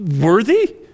worthy